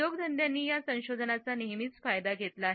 उद्योगधंदे यांनी या संशोधनाचा नेहमीच फायदा घेतला